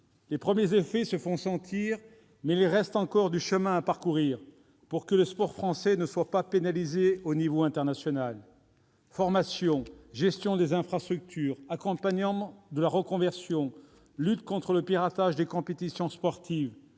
Les premiers effets se font sentir, mais il reste encore du chemin à parcourir pour que le sport français ne soit pas pénalisé au niveau international : la formation, la gestion des infrastructures, l'accompagnement de la reconversion, la lutte contre le piratage des compétitions sportives,